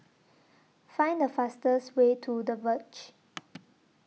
Find The fastest Way to The Verge